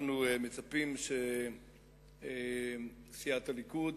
אנחנו מצפים שסיעות הליכוד